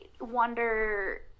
wonder